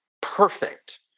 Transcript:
perfect